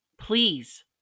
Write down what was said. Please